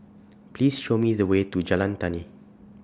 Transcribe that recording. Please Show Me The Way to Jalan Tani